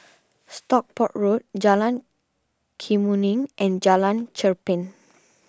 Stockport Road Jalan Kemuning and Jalan Cherpen